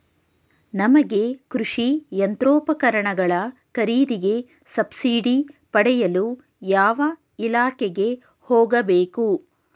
ನಮಗೆ ಕೃಷಿ ಯಂತ್ರೋಪಕರಣಗಳ ಖರೀದಿಗೆ ಸಬ್ಸಿಡಿ ಪಡೆಯಲು ಯಾವ ಇಲಾಖೆಗೆ ಹೋಗಬೇಕು?